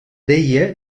deia